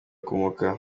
kumoka